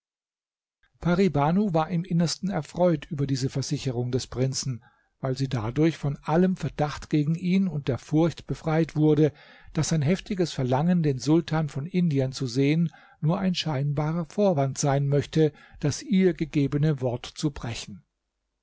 pari banu war im innersten erfreut über diese versicherung des prinzen weil sie dadurch von allem verdacht gegen ihn und der furcht befreit wurde daß sein heftiges verlangen den sultan von indien zu sehen nur ein scheinbarer vorwand sein möchte das ihr gegebene wort zu brechen